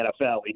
NFL